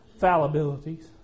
fallibilities